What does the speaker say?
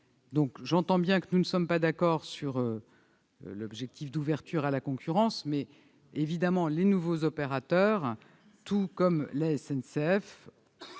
J'entends bien que nous ne sommes pas d'accord sur l'objectif d'ouverture à la concurrence, mais les nouveaux opérateurs, tout comme la SNCF,